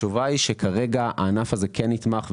התשובה היא שכרגע הענף הזה כן נתמך.